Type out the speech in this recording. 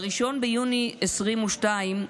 ב-1 ביוני 2022,